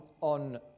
on